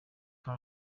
nka